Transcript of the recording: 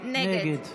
נגד